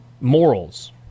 morals